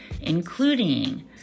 including